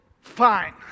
fine